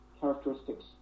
characteristics